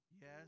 yes